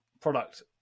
product